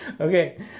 Okay